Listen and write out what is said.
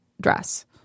dress